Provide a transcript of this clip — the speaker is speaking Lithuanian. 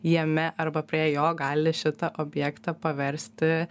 jame arba prie jo gali šitą objektą paversti